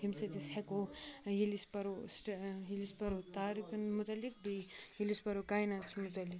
ییٚمہِ سۭتۍ أسۍ ہیٚکو ییٚلہِ أسۍ پرو ییٚلہِ أسۍ پرو تارکَن مُتعلِق بیٚیہِ ییٚلہِ أسۍ پرو کایناتَس مُتعلِق